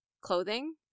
clothing